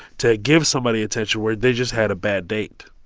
to give somebody attention, where they just had a bad date?